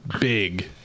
big